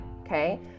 okay